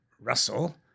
Russell